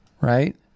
right